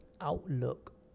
outlook